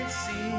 See